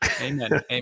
Amen